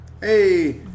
Hey